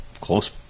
close